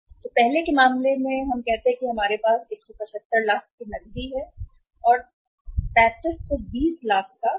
तो पहले के मामले में यह हिस्सा कहते हैं हमारे पास नकदी 175 लाख है और प्राप्य 3520 लाख है